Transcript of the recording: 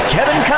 Kevin